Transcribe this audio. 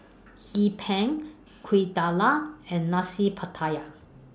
Hee Pan Kuih Dadar and Nasi Pattaya